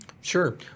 sure